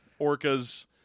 orcas